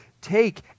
take